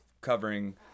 covering